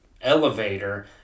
elevator